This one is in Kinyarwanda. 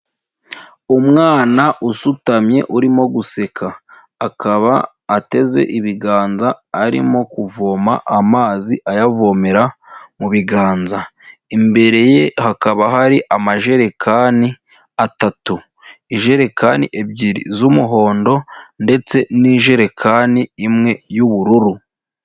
Umwana usutamye urimo guseka akaba ateze ibiganza arimo kuvoma amazi ayavomera mu biganza, imbere ye hakaba hari amajerekani atatu, ijerekani ebyiri z'umuhondo ndetse n'ijerekani imwe y'ubururu.